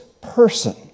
person